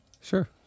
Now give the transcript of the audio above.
sure